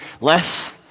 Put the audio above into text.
less